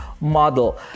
model